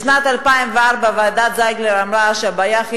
בשנת 2004 ועדת-זיילר אמרה שהבעיה הכי